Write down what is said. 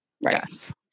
Yes